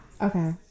okay